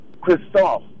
Christophe